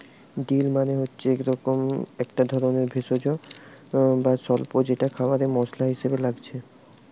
deal মানে হচ্ছে একটা ধরণের ভেষজ বা স্বল্প যেটা খাবারে মসলা হিসাবে লাগছে